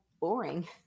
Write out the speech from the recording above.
boring